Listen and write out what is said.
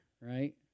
right